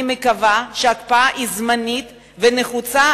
אני מקווה שההקפאה היא זמנית ונחוצה